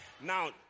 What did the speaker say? Now